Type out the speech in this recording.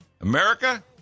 America